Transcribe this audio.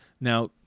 Now